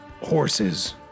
horses